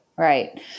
Right